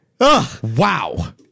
Wow